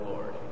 Lord